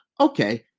okay